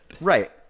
Right